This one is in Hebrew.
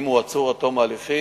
אם הוא עצור עד תום ההליכים,